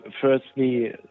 firstly